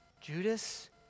Judas